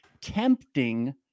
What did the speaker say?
tempting